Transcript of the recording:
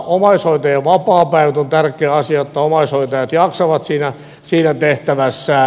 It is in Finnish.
omaishoitajien vapaapäivät on tärkeä asia jotta omaishoitajat jaksavat siinä tehtävässään